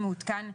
מעודכן,